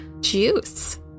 Juice